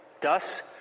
thus